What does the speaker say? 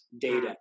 data